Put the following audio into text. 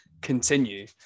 continue